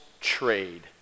trade